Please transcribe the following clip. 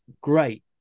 great